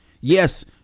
Yes